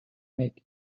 mick